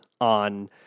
on